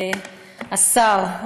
השר,